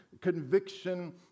conviction